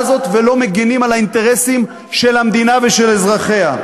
הזאת ולא מגינים על האינטרסים של המדינה ושל אזרחיה.